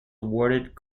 awarded